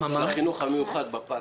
בחינוך המיוחד.